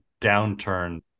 downturn